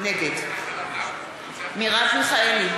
נגד מרב מיכאלי,